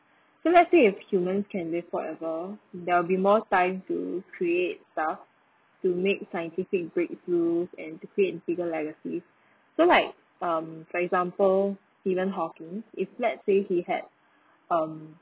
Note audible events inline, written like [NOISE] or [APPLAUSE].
so let's say if human can live forever there will be more time to create stuff to make scientific breakthroughs an to create bigger legacy [BREATH] so like um for example stephen hawking if let's say he had um